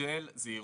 של זהירות.